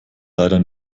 leider